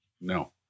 No